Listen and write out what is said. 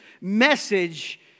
message